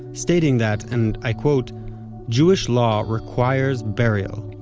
stating that and i quote jewish law requires burial,